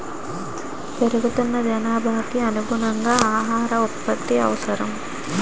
పెరుగుతున్న జనాభాకు అనుగుణంగా ఆహార ఉత్పత్తి అవసరం